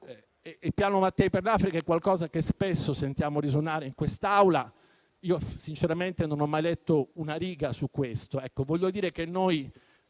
Il piano Mattei per l'Africa è qualcosa che spesso sentiamo evocare in quest'Aula, ma sinceramente non ho mai letto una riga su questo.